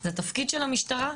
זה התפקיד של המשטרה,